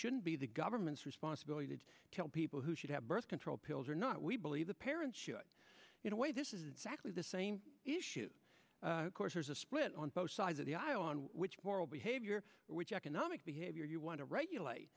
shouldn't be the government's responsibility to tell people who should have birth control pills or not we believe the parents should you know way this is exactly the same issue course there's a split on both sides of the eye on which moral behavior which economic behavior you want to regulate